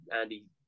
Andy